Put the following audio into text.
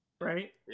right